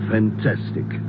Fantastic